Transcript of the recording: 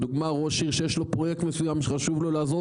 לדוגמה ראש עיר שיש לו פרויקט מסוים שחשוב לנו לעזור